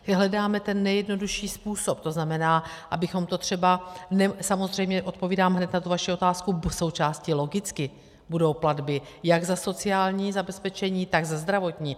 Vyhledáme ten nejjednodušší způsob, to znamená, abychom to třeba samozřejmě odpovídám hned na vaši otázku součástí, logicky, budou platby jak za sociální zabezpečení, tak za zdravotní.